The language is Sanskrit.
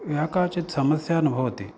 या काचित् समस्या न भवति